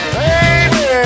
baby